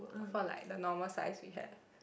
for like the normal size we have